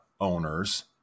owners